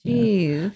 Jeez